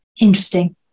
Interesting